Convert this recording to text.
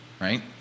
right